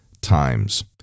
times